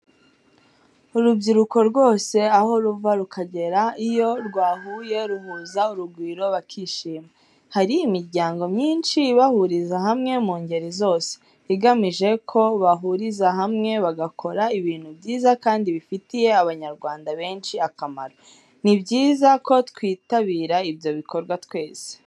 Urubyiruko rwose aho ruva rukagera iyo rwahuye ruhuza urugwiro bakishima. Hari imiryango myinshi ibahuriza hamwe mu ngeri zose, igamije ko bahuriza hamwe bagakora ibintu byiza kandi bifitiye Abanyarwanda benshi akamaro. Ni byiza ko twitabira ibyo bikorwa twese.